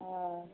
हँ